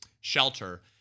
shelter